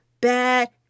Bad